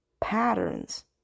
patterns